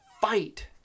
fight